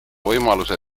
võimaluse